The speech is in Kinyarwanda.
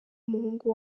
umuhungu